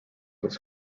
this